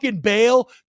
bail